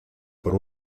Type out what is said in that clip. por